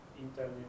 Internet